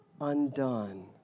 undone